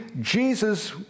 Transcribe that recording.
Jesus